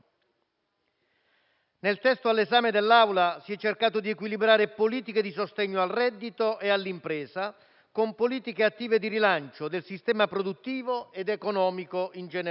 Nel testo all'esame dell'Aula si è cercato di equilibrare politiche di sostegno al reddito e all'impresa con politiche attive di rilancio del sistema produttivo ed economico in generale.